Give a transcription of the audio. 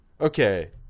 okay